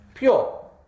Pure